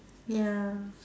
ya